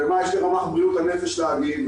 ומה יש לרמ"ח בריאות הנפש להגיד,